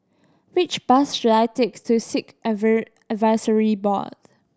which bus should I take to Sikh Advisory Board